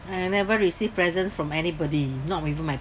I never received presents from anybody not even my